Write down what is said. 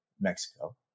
Mexico